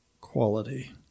quality